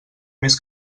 més